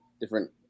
different